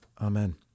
Amen